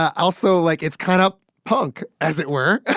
also, like, it's kind of punk, as it were,